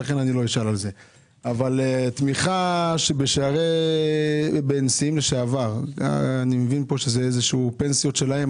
לגבי תמיכה בנשיאים לשעבר, זה פנסיות שלהם?